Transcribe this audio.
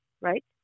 right